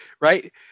right